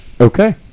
Okay